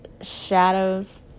shadows